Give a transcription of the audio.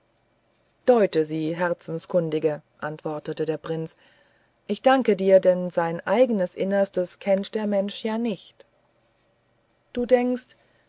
deute sie herzenskundige antwortete der prinz ich danke dir denn sein eigenes innerstes kennt ja der mensch nicht du denkst